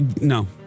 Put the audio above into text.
no